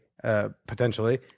Potentially